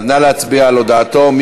נא להצביע על הודעתו.